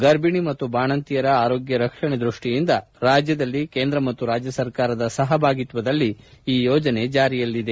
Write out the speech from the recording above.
ಗರ್ಭಿಣಿ ಮತ್ತು ಬಾಣಂತಿಯರ ಆರೋಗ್ಯ ರಕ್ಷಣೆ ದೃಷ್ಷಿಯಿಂದ ರಾಜ್ಯದಲ್ಲಿ ಕೇಂದ್ರ ಮತ್ತು ರಾಜ್ಯ ಸರ್ಕಾರದ ಸಹಭಾಗಿತ್ವದಲ್ಲಿ ಈ ಯೋಜನೆ ಜಾರಿಯಲ್ಲಿದೆ